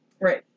right